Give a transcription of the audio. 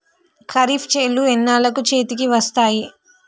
ఖరీఫ్ చేలు ఎన్నాళ్ళకు చేతికి వస్తాయి?